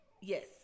Yes